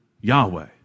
Yahweh